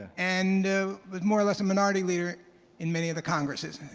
and was more or less a minority leader in many of the congresses.